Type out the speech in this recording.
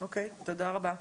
תודה רבה.